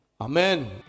Amen